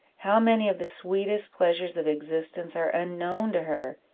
how many of the sweetest pleasures of existence are unknown to her!